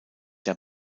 der